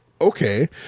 okay